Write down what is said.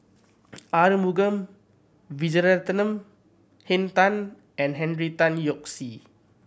Arumugam Vijiaratnam Henn Tan and Henry Tan Yoke See